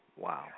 Wow